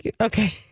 okay